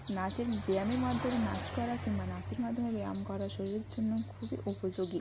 নাচের ব্যায়ামের মাধ্যমে নাচ করা কিংবা নাচের মাধ্যমে ব্যায়াম করা শরীরের জন্য খুবই উপযোগী